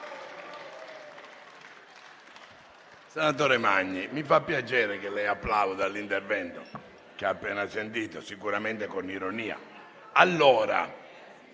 Senatore Magni, mi fa piacere che lei applauda l'intervento che ha appena sentito. Sicuramente sarà con ironia.